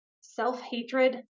self-hatred